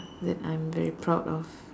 that I'm very proud of